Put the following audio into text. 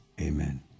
Amen